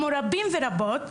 כמו רבים ורבות,